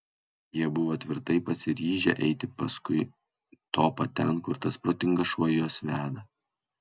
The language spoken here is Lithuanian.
jie buvo tvirtai pasiryžę eiti paskui topą ten kur tas protingas šuo juos veda